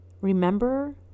Remember